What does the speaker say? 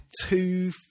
two